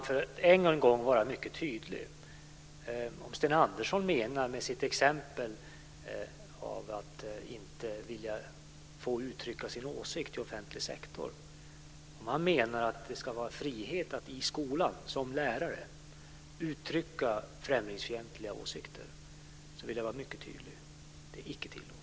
Fru talman! Om Sten Andersson med sitt exempel om att inte få uttrycka sin åsikt i den offentliga sektorn menar att man som lärare ska ha frihet att i skolan få uttrycka främlingsfientliga åsikter vill jag vara mycket tydlig: Det är icke tillåtet.